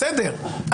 בסדר,